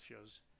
shows